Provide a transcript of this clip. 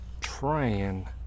trying